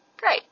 great